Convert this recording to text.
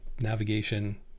Navigation